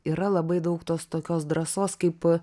yra labai daug tos tokios drąsos kaip